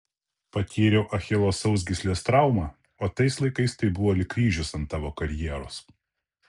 patyriau achilo sausgyslės traumą o tais laikais tai buvo lyg kryžius ant tavo karjeros